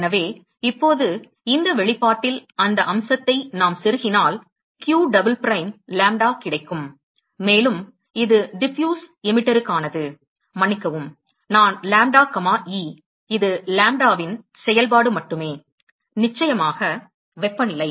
எனவே இப்போது இந்த வெளிப்பாட்டில் அந்த அம்சத்தை நாம் செருகினால் q டபுள் பிரைம் லாம்ப்டா கிடைக்கும் மேலும் இது டிஃப்யூஸ் எமிட்டருக்கானது மன்னிக்கவும் I லாம்ப்டா கமா e இது லாம்ப்டாவின் செயல்பாடு மட்டுமே நிச்சயமாக வெப்பநிலை